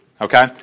okay